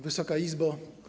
Wysoka Izbo!